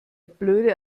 blöde